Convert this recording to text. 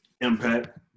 impact